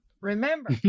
remember